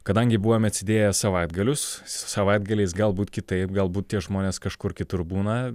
kadangi buvome atsidėję savaitgalius savaitgaliais galbūt kitaip galbūt tie žmonės kažkur kitur būna